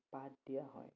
পাঠ দিয়া হয়